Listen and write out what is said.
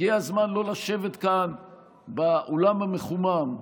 הגיע הזמן לא לשבת כאן באולם המחומם.